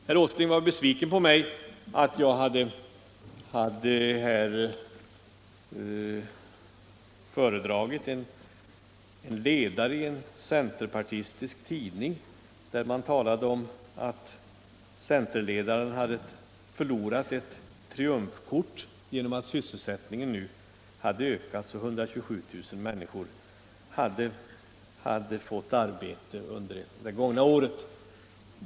Herr Åsling var besviken på mig för att jag hade återgivit en ledare i en centerpartistisk tidning, där man skrev att centerledaren hade förlorat ett ”triumfkort” genom att sysselsättningen hade ökat och 127 000 män niskor ytterligare hade fått arbete under det gångna året.